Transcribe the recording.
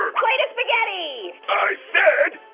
ah plate of spaghetti. i said